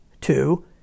Two